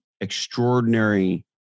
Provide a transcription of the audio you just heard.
extraordinary